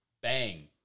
bang